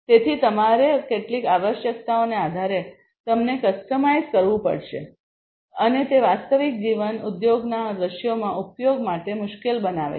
તેથી તમારે કેટલીક આવશ્યકતાઓને આધારે તેમને કસ્ટમાઇઝ કરવું પડશે અને તે વાસ્તવિક જીવન ઉદ્યોગના દૃશ્યોમાં ઉપયોગ માટે મુશ્કેલ બનાવે છે